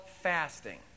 fasting